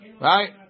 right